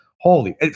holy